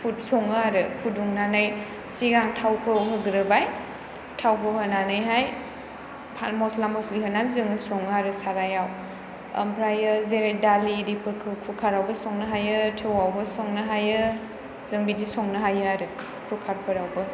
सङो आरो फुदुंनानै सिगां थावखौ होग्रोबाय थावखौ होनानै हाय फान मस्ला मस्लि होनानैहाय जोङो सङो आरो साराइयाव आमफ्रायो जेरै दालि एरि फोरखौ कुकार आवबो संनो हायो आरो थौआवबो समनो हायो जें बिदि संनो हायो आरो कुकार फोरावबो